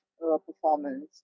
performance